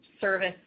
service